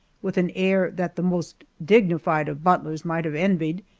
with an air that the most dignified of butlers might have envied,